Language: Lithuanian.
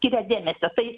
skiria dėmesio tai